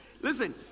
listen